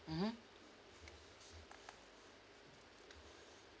mmhmm